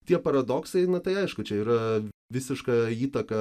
tie paradoksai na tai aišku čia yra visiška įtaką